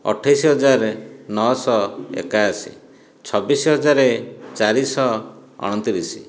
ଅଠେଇଶି ହଜାର ନଅଶହ ଏକାଅଶି ଛବିଶି ହଜାର ଚାରିଶହ ଅଣତିରିଶ